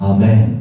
Amen